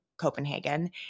Copenhagen